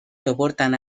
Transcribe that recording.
soportan